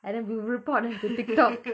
and then we'll report them to tiktokay